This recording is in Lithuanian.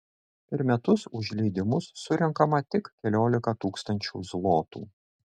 per metus už leidimus surenkama tik keliolika tūkstančių zlotų